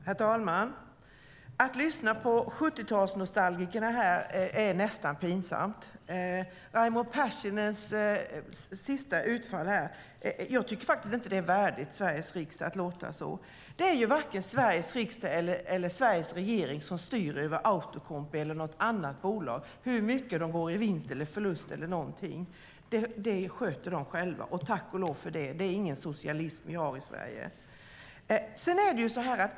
Herr talman! Att lyssna på 70-talsnostalgikerna här känns nästan pinsamt. Raimo Pärssinens senaste utfall här - jag tycker faktiskt inte att det är värdigt Sveriges riksdag att låta så. Det är varken Sveriges riksdag eller Sveriges regering som styr över Outokumpu eller något annat bolag eller över hur mycket de går med vinst eller förlust. Det sköter de själva, och tack för lov för det. Det är ingen socialism vi har i Sverige.